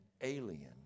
alien